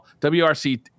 WRC